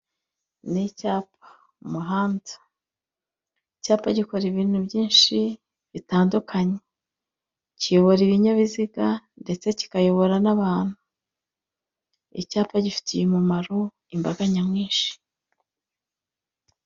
Ni icyapa, umuhanda, icyapa gikora ibintu byinshi bitandukanye kiyobora ibinyabiziga ndetse kikayobora n'abantu. Icyapa gifitiye umumaro imbaga nyamwinshi.